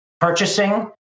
purchasing